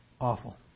awful